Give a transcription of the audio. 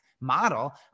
model